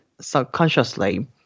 subconsciously